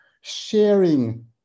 sharing